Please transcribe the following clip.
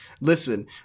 listen